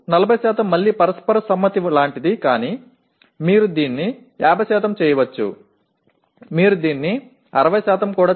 எடுத்துக்காட்டாக 40 பரஸ்பர ஒப்புதல் போன்றது ஆனால் நீங்கள் அதை 50 எனவும் ஆக்கலாம் நீங்கள் இதை 60 எனவும் ஆக்கலாம்